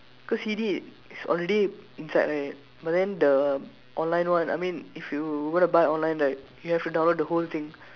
cause C_D is already inside right but then the online one I mean if you want to buy online right you have to download the whole thing